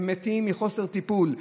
הם מתים מחוסר טיפול.